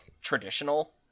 traditional